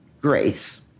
grace